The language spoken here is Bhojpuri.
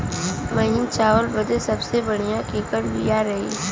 महीन चावल बदे सबसे बढ़िया केकर बिया रही?